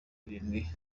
irindwi